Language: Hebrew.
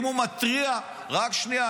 אם הוא מתריע ------ רק שנייה.